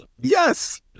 Yes